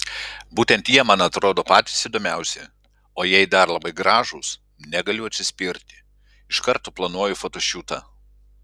būtent jie man atrodo patys įdomiausi o jei dar labai gražūs negaliu atsispirti iš karto planuoju fotošiūtą